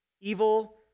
Evil